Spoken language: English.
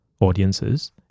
audiences